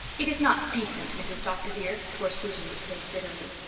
it is not decent, mrs. dr. dear, poor susan would say bitterly.